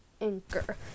Anchor